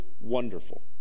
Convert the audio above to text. wonderful